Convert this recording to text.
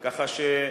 ככה,